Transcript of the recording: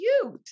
cute